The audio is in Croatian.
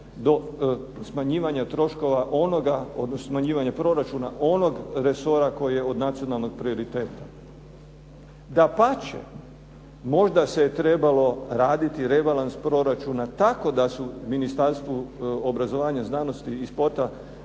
do smanjivanja troškova onoga odnosno smanjivanja proračuna onog resora koji je od nacionalnog prioriteta. Dapače, možda se trebalo raditi rebalans proračuna tako da su Ministarstvu obrazovanja, znanosti i sporta